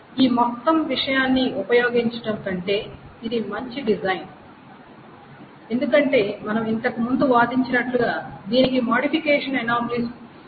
ఈ మొత్తం విషయాన్ని ఉపయోగించడం కంటే ఇది మంచి డిజైన్ ఎందుకంటే మనం ఇంతకుముందు వాదించినట్లుగా దీనికి మోడిఫికేషన్ అనామలీస్ ఉన్నాయి